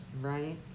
Right